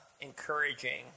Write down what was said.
encouraging